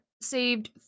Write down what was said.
saved